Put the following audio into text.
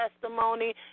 testimony